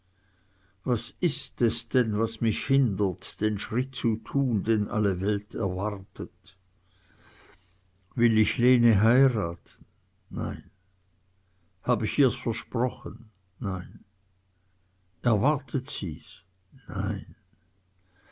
was ist es denn was mich hindert den schritt zu tun den alle welt erwartet will ich lene heiraten nein hab ich's ihr versprochen nein erwartet sie's nein